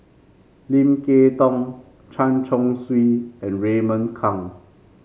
Lim Kay Tong Chen Chong Swee and Raymond Kang